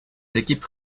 équipes